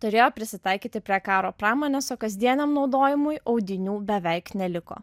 turėjo prisitaikyti prie karo pramonės o kasdieniam naudojimui audinių beveik neliko